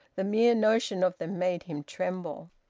the mere notion of them made him tremble.